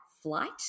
flight